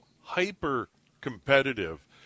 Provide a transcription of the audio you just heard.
hyper-competitive